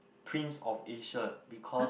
prince of Asia because